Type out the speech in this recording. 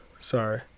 Sorry